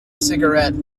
cigarette